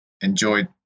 Enjoyed